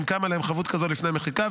אם קמה להם חבות כזאת לפני המחיקה,